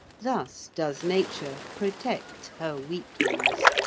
thus does nature protect her weaklings.